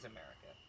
America